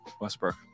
Westbrook